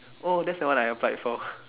oh that's the one I applied for